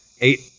eight